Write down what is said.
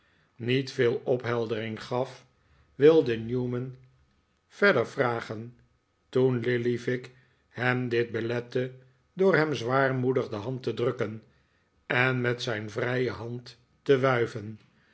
niet veel opheldering gaf wilde newman verder vragen toen lillyvick hem dit belette door hem zwaarttioedig de hand te drukken en met zijn vrije hand te wuiven